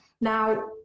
Now